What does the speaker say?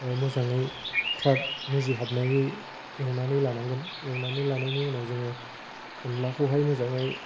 मोजाङै फ्राद मुजिहाबनायै एवनानै लानांगोन एवनानै लानायनि उनाव जोङो अनलाखौहाय मोजाङै